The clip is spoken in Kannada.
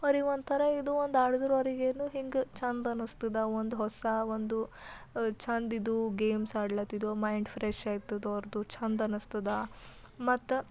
ಅವ್ರಿಗೆ ಒಂಥರ ಇದು ಒಂದು ಆಡದ್ರೆ ಅವರಿಗೇನು ಹಿಂಗೆ ಚೆಂದ ಅನ್ನಿಸ್ತದೆ ಒಂದು ಹೊಸ ಒಂದು ಚೆಂದಿದ್ದು ಗೇಮ್ಸ್ ಆಡ್ಲತಿದ್ದು ಮೈಂಡ್ ಫ್ರೆಶ್ ಆಯ್ತದವ್ರದ್ದು ಚೆಂದ ಅನ್ನಿಸ್ತದ ಮತ್ತು